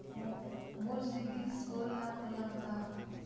मोर CIBIL score ला मोला बताव?